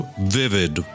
vivid